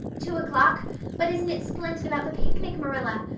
two o'clock but isn't it splendid about the picnic, marilla?